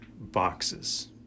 boxes